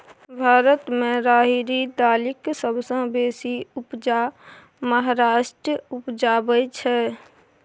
भारत मे राहरि दालिक सबसँ बेसी उपजा महाराष्ट्र उपजाबै छै